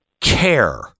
care